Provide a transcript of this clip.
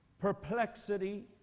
Perplexity